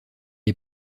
est